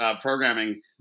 programming